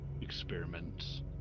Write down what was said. experiments